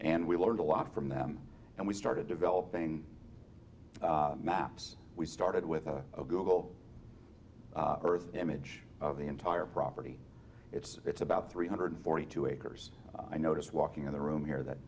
and we learned a lot from them and we started developing maps we started with a google earth image of the entire property it's it's about three hundred forty two acres i noticed walking in the room here that